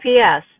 GPS